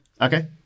Okay